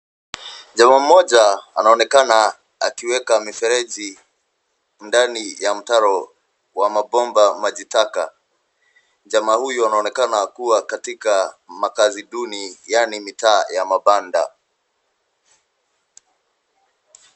Jamaa mmoja anaonekana akiweka mifereji, ndani ya mtaro wa mabomba maji taka. Jamaa huyu anaonekana kuwa katika makaazi duni, yaani mitaa ya mabanda.